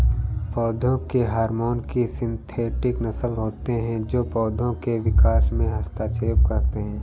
पौधों के हार्मोन की सिंथेटिक नक़ल होते है जो पोधो के विकास में हस्तक्षेप करते है